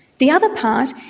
the other part,